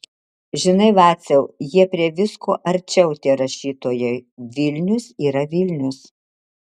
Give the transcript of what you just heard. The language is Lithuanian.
žinai vaciau jie prie visko arčiau tie rašytojai vilnius yra vilnius